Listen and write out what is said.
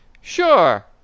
Sure